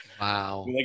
Wow